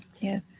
Yes